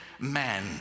man